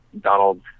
Donald